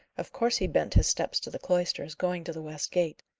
of course he bent his steps to the cloisters, going to the west gate.